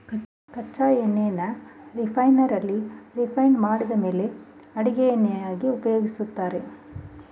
ಕಚ್ಚಾ ಎಣ್ಣೆನ ರಿಫೈನರಿಯಲ್ಲಿ ರಿಫೈಂಡ್ ಮಾಡಿದ್ಮೇಲೆ ಅಡಿಗೆ ಎಣ್ಣೆಯನ್ನಾಗಿ ಉಪಯೋಗಿಸ್ತಾರೆ